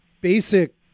basic